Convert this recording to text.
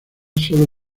solo